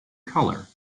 color